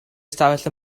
ystafell